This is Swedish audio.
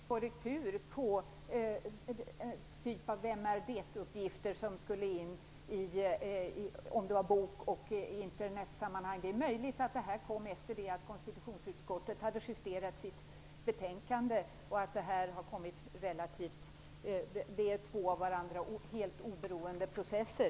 Fru talman! Jag vaknar inte. Däremot fick jag häromdagen korrektur på ett slags vem-är-det-uppgifter, som skulle in i bok och Internetsammanhang. Det är möjligt att detta kom efter det att konstitutionsutskottet hade justerat sitt betänkande och att det handlar om två av varandra helt oberoende processer.